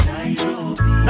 Nairobi